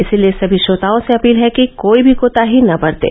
इसलिए सभी श्रोताओं से अपील है कि कोई भी कोताही न बरतें